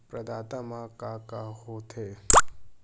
प्रदाता मा का का हो थे?